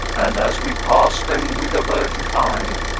and as we pass them with averted eye,